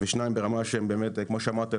ושניים ברמה שהם באמת כמו שאמרת,